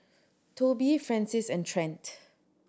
Tobi Frances and Trent